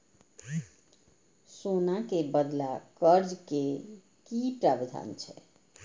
सोना के बदला कर्ज के कि प्रावधान छै?